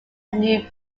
new